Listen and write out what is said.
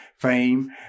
fame